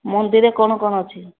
ମନ୍ଦିରରେ କ'ଣ କ'ଣ ଅଛି